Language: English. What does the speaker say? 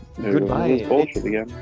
Goodbye